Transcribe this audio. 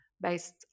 based